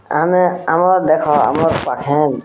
ଆମେ ଆମର୍ ଦେଖ ଆମର୍ ପାଖେ